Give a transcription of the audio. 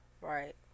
Right